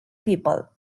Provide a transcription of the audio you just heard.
people